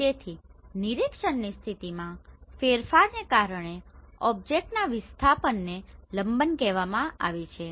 તેથી નિરીક્ષણની સ્થિતિમાં ફેરફારને કારણે ઓબ્જેક્ટના વિસ્થાપનને લંબન કહેવામાં આવે છે